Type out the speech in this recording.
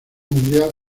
mundial